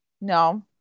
no